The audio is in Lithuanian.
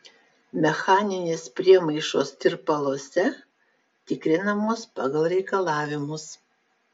mechaninės priemaišos tirpaluose tikrinamos pagal reikalavimus